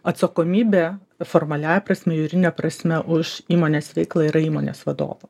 atsakomybė formaliąja prasme juridine prasme už įmonės veiklą yra įmonės vadovo